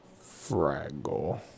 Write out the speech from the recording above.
Fraggle